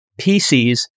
PCs